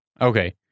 Okay